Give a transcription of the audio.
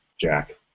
Jack